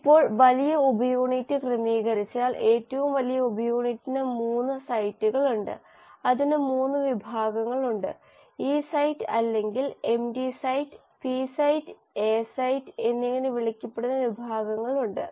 ഇപ്പോൾ വലിയ ഉപയൂണിറ്റ് ക്രമീകരിച്ചാൽ ഏറ്റവും വലിയ ഉപയൂണിറ്റിന് 3 സൈറ്റുകളുണ്ട് അതിന് 3 വിഭാഗങ്ങളുണ്ട് ഇ സൈറ്റ് അല്ലെങ്കിൽ empty site P site A site എന്നിങ്ങനെ വിളിക്കപ്പെടുന്ന വിഭാഗങ്ങളുണ്ട്